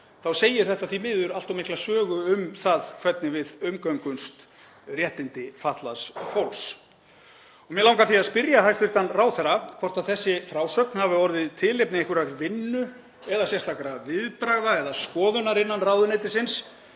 þá segir þetta því miður allt of mikla sögu um það hvernig við umgöngumst réttindi fatlaðs fólks. Mig langar því að spyrja hæstv. ráðherra hvort þessi frásögn hafi orðið tilefni einhverrar vinnu eða sérstakra viðbragða eða skoðunar innan ráðuneytisins,